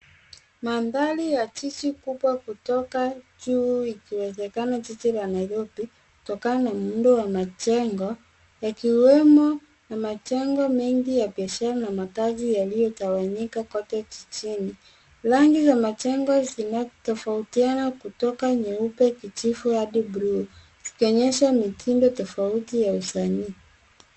Maandhari ya jiji kubwa kutoka juu ikiwazekana jiji la Nairobi kutokana na muundo wa majengo yakiwemo na majengo mengi ya biashara na makazi yaliyo tawanyika kote jijini. Rangi za majengo zinatofautiana kutoka nyeupe, kijivu hadi blue zikionyesha mitindo tofauti ya usanii.